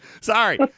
Sorry